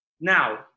Now